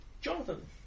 Jonathan